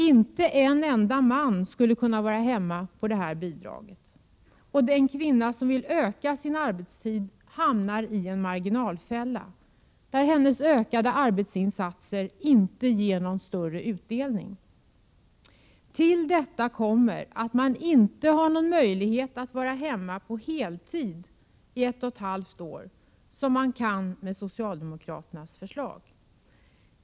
Inte en enda man skulle kunna vara hemma på det bidraget, och den kvinna som vill öka sin arbetstid hamnar i en marginalfälla, där hennes ökade arbetsinsatser inte ger någon större utdelning. Till detta kommer att man inte har någon möjlighet att vara hemma på heltid i ett och ett halvt år, som man kan med socialdemokraternas förslag.